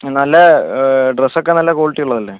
നല്ല ഡ്രസ്സൊക്കെ നല്ല ക്വാളിറ്റിയുള്ളതല്ലേ